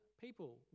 people